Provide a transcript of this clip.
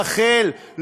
רחל,